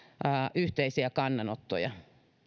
yhteisiä kannanottoja